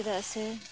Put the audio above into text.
ᱪᱮᱫᱟᱜ ᱥᱮ